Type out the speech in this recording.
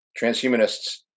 transhumanists